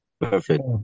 perfect